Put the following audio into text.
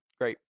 Great